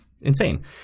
insane